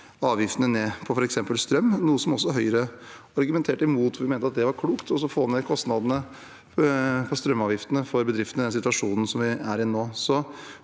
avgiftene, f.eks. på strøm, noe som også Høyre argumenterte imot, for vi mente at det var klokt å få ned kostnadene med strømavgiftene for bedriftene i den situasjonen vi er i nå.